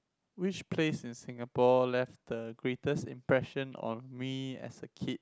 which place in Singapore left the greatest impression on me as a kid